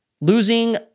losing